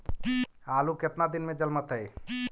आलू केतना दिन में जलमतइ?